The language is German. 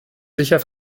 sicher